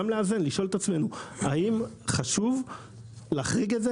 אנחנו צריכים לשאול את עצמנו האם חשוב להחריג זאת,